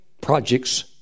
projects